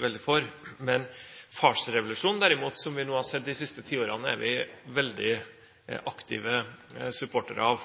veldig for. Farsrevolusjon, derimot, som vi nå har sett de siste ti årene, er vi veldig aktive supportere av.